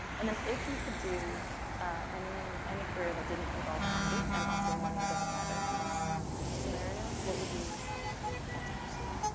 and then if you could do any any career that didn't involve comedy and also money doesn't matter in this scenario what would you want to pursue?